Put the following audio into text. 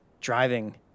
driving